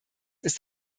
ist